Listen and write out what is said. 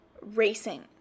racing